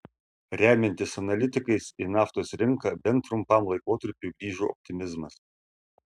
remiantis analitikais į naftos rinką bent trumpam laikotarpiui grįžo optimizmas